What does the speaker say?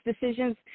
decisions